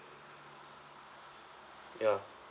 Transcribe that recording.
ya